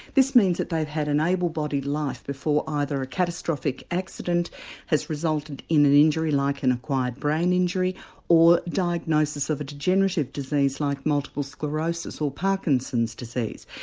this means that they've had an able bodied life before either a catastrophic accident has resulted in an injury like an acquired brain injury or diagnosis of a degenerative disease like multiple sclerosis or parkinson's disease.